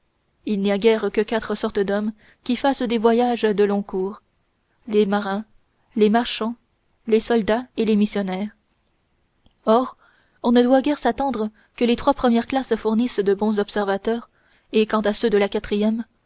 il n'y a guère que quatre sortes d'hommes qui fassent des voyages de long cours les marins les marchands les soldats et les missionnaires or on ne doit guère s'attendre que les trois premières classes fournissent de bons observateurs et quant à ceux de la quatrième